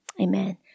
Amen